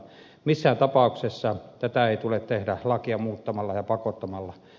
missään tapauksessa tätä ei tule tehdä lakia muuttamalla ja pakottamalla